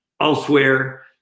elsewhere